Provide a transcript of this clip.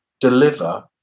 deliver